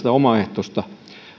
omaehtoista